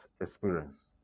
experience